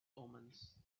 omens